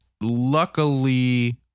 luckily